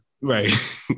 Right